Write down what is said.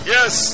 Yes